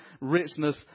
richness